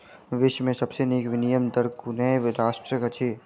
विश्व में सब सॅ नीक विनिमय दर कुवैत राष्ट्रक अछि